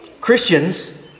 Christians